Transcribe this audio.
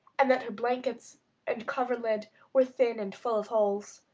and that her blankets and coverlid were thin and full of holes.